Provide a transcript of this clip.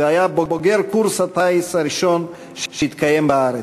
והיה בוגר קורס הטיס הראשון שהתקיים בארץ.